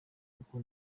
kuko